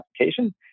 application